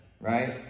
right